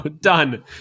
Done